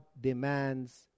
demands